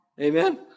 Amen